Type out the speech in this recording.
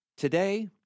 Today